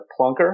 Plunker